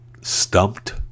Stumped